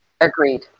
agreed